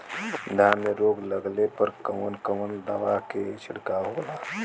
धान में रोग लगले पर कवन कवन दवा के छिड़काव होला?